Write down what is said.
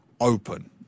Open